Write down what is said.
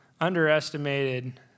underestimated